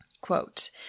Quote